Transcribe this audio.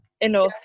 enough